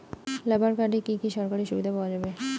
Labour কার্ডে কি কি সরকারি সুবিধা পাওয়া যাবে?